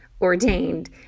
ordained